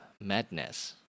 Madness